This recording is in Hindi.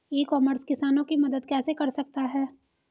ई कॉमर्स किसानों की मदद कैसे कर सकता है?